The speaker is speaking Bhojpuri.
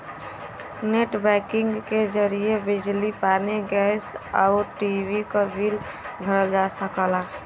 नेट बैंकिंग के जरिए बिजली पानी गैस आउर टी.वी क बिल भरल जा सकला